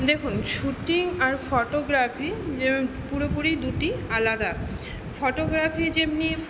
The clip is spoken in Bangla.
দেখুন শ্যুটিং আর ফটোগ্রাফি যেরম পুরোপুরি দুটি আলাদা ফটোগ্রাফি যেমনি